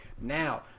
Now